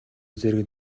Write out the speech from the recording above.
зэрэг